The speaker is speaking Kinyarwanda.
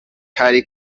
hari